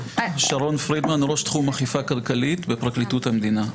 ראש תחום אכיפה כלכלית, פרקליטות המדינה.